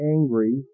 angry